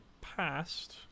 past